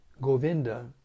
Govinda